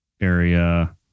area